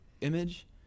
image